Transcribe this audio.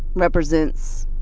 represents,